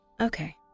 Okay